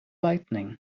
lightning